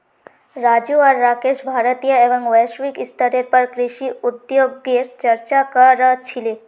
राजू आर राकेश भारतीय एवं वैश्विक स्तरेर पर कृषि उद्योगगेर चर्चा क र छीले